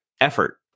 effort